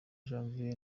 janvier